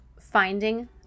finding